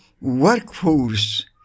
workforce